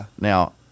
Now